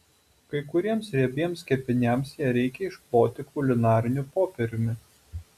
kai kuriems riebiems kepiniams ją reikia iškloti kulinariniu popieriumi